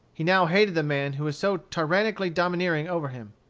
he now hated the man who was so tyranically domineering over him.